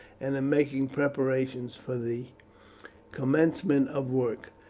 and in making preparations for the commencement of work.